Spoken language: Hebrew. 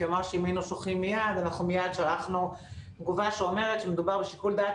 אנחנו מייד שלחנו תגובה שאומרת שמדובר בשיקול דעת